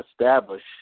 establish